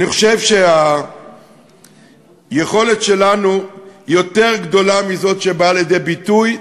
אני חושב שהיכולת שלנו יותר גדולה מזאת שבאה לידי ביטוי,